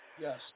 Yes